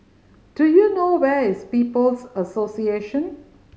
do you know where is People's Association